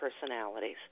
personalities